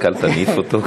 רק אל תניף אותו.